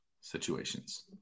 situations